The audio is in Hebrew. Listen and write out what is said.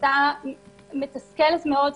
החלטה מתסכלת מאוד,